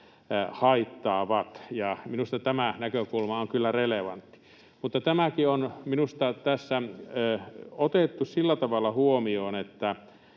ja minusta tämä näkökulma on kyllä relevantti. Mutta tämäkin on minusta tässä otettu sillä tavalla huomioon, tätä